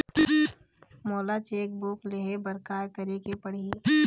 मोला cheque book लेहे बर का केरेक पढ़ही?